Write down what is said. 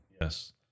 Yes